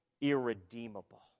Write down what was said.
irredeemable